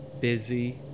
Busy